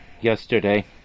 yesterday